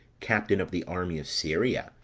captain of the army of syria,